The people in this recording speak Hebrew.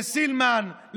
לסילמן,